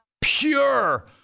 Pure